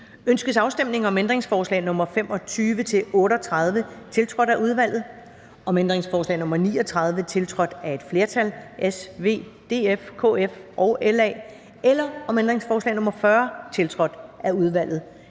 Ønskes afstemning om ændringsforslag nr. 25-38, tiltrådt af udvalget, om ændringsforslag nr. 39, tiltrådt af et flertal (S, V, DF, KF og LA) eller om ændringsforslag nr. 40, tiltrådt af udvalget?